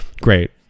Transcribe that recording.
Great